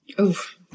Oof